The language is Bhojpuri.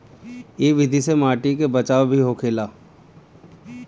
इ विधि से माटी के बचाव भी होखेला